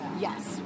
Yes